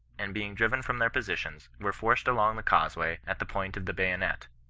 and being driven from their positions, were forced along the causeway at the point of the bayo net,